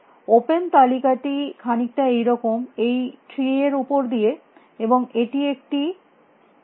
open তালিকাটি খানিকটা এই রকম এই ট্রি এর উপর দিয়ে এবং এটি একটি আকার